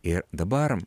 ir dabar